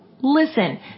listen